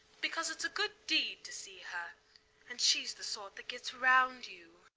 because it's a good deed to see her and she's the sort that gets round you.